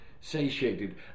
satiated